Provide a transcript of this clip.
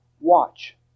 Watch